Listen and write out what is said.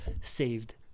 saved